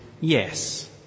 yes